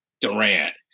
durant